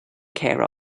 care